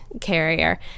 carrier